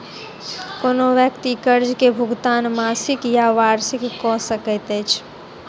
कोनो व्यक्ति कर्ज के भुगतान मासिक या वार्षिक कअ सकैत अछि